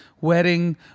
wedding